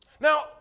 Now